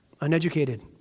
uneducated